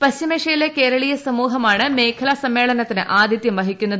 പശ്ചിമേഷ്യയിലെ കേരളീയ സമ്മൂഷ്ടമാണ് മേഖലാ സമ്മേളനത്തിന് ആതിഥ്യം വഹിക്കുന്നത്